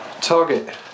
target